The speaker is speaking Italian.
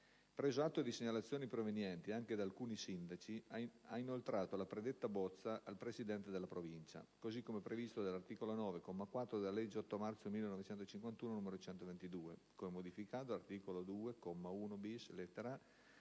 Preso atto di segnalazioni provenienti anche da alcuni sindaci, ha inoltrato la predetta bozza al presidente della Provincia, così come previsto dall'articolo 9, comma 4, della legge 8 marzo 1951, n. 122, come modificato dall'articolo 2, comma